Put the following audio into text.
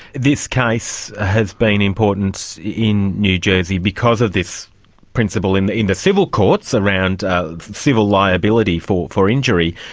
this case ah has been important in new jersey because of this principle in the in the civil courts around civil liability for for injury,